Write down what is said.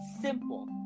simple